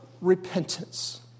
repentance